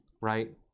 right